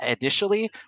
initially